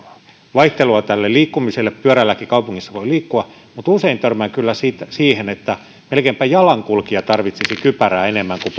vaihtelua liikkumiselle pyörälläkin kaupungissa voi liikkua mutta usein törmää kyllä siihen että jalankulkija tarvitsi kypärää melkeinpä enemmän kuin